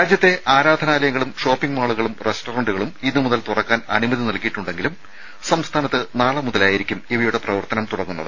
രാജ്യത്തെ ആരാധനാലയങ്ങളും ഷോപ്പിംഗ് മാളുകളും റസ്റ്റന്റുകളും ഇന്നുമുതൽ തുറക്കാൻ അനുമതി നൽകിയിട്ടുണ്ടെങ്കിലും സംസ്ഥാനത്ത് നാളെ മുതലായിരിക്കും ഇവയുടെ പ്രവർത്തനം തുടങ്ങുന്നത്